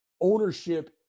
ownership